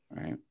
Right